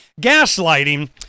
Gaslighting